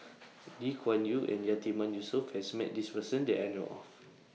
Lee Kuan Yew and Yatiman Yusof has Met This Person that I know of